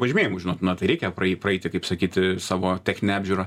pažymėjimų žinot na tai reikia praeiti kaip sakyti savo techninę apžiūrą